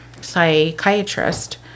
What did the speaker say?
psychiatrist